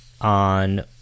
on